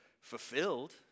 fulfilled